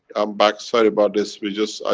back. sorry about this, we just, i,